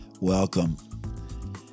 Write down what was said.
Welcome